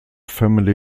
family